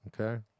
okay